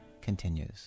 continues